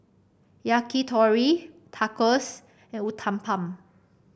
Yakitori Tacos and Uthapam